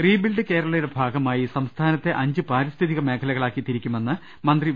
rebuild കേരളയുടെ ഭാഗമായി സംസ്ഥാനത്തെ അഞ്ച് പാരി സ്ഥിതിക മേഖലകളാക്കി തിരിക്കുമെന്ന് മന്ത്രി വി